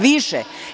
Više.